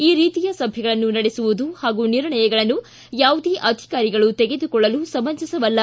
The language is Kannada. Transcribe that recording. ಈ ರೀತಿಯ ಸಭೆಗಳನ್ನು ನಡೆಸುವುದು ಹಾಗೂ ಈ ರೀತಿಯ ನಿರ್ಣಯಗಳನ್ನು ಯಾವುದೇ ಅಧಿಕಾರಿಗಳು ತೆಗೆದುಕೊಳ್ಳಲು ಸಮಂಜಸವಲ್ಲ